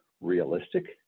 realistic